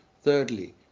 Thirdly